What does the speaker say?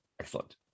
Excellent